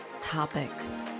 topics